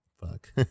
Fuck